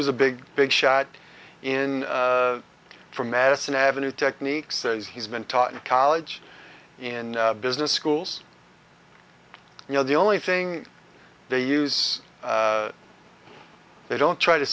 was a big big shot in from madison avenue techniques says he's been taught in college in business schools you know the only thing they use they don't try to